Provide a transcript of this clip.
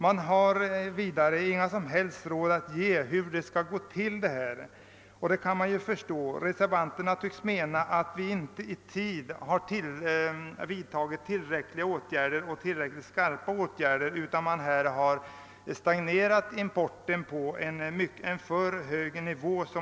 De har inga som helst råd att ge i fråga om sådana, och det kan man förstå. De tycks mena att vi inte i tid har vidtagit åtgärder, varför importen har stabiliserats på en mycket hög nivå.